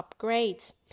upgrades